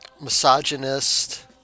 misogynist